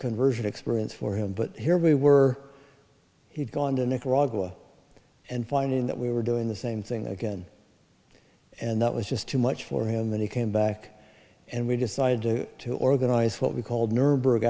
conversion experience for him but here we were he'd gone to nicaragua and finding that we were doing the same thing again and that was just too much for him that he came back and we decided to to organize what we called nuremberg